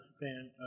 fan